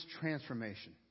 Transformation